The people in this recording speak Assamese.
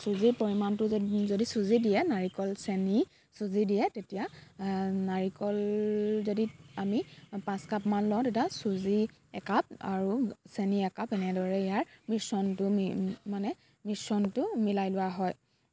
চুজিৰ পৰিমাণটো যদ যদি চুজি দিয়ে নাৰিকল চেনি চুজি দিয়ে তেতিয়া নাৰিকল যদি আমি পাঁচ কাপমান লওঁ তেতিয়া চুজি একাপ আৰু চেনি একাপ এনেদৰে ইয়াৰ মিশ্ৰণটো মি মানে মিশ্ৰণটো মিলাই লোৱা হয়